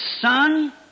Son